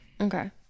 Okay